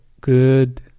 good